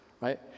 right